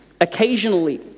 Occasionally